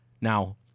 Now